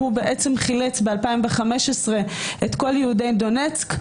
הוא חילץ ב-2015 את כל יהודי דונצק,